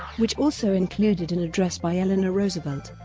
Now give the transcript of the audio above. which also included an address by eleanor roosevelt,